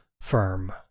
firm